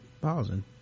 pausing